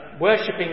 worshipping